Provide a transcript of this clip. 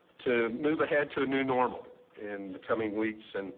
to move ahead to a new normal in the coming weeks and